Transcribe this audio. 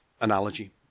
analogy